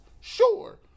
sure